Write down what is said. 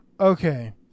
okay